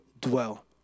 dwell